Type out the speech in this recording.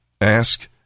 Ask